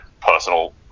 personal